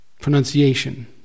pronunciation